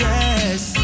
Yes